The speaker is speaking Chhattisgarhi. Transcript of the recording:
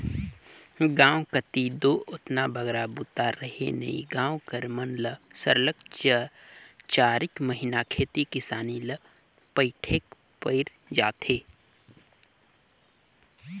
गाँव कती दो ओतना बगरा बूता रहें नई गाँव कर मन ल सरलग चारिक महिना खेती किसानी ले पइठेक पइर जाथे